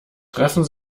treffen